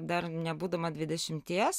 dar nebūdama dvidešimties